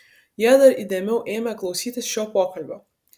jie dar įdėmiau ėmė klausytis šio pokalbio